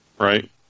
right